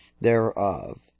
thereof